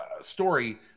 story